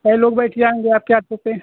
कै लोग बैठ जाएंगे आपके ऑटो पर